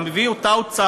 אתה מביא את אותה הוצאה,